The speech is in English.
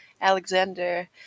Alexander